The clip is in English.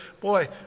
boy